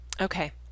Okay